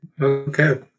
Okay